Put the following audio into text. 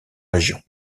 région